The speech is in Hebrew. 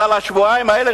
אז על השבועיים האלה,